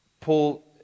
Paul